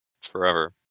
forever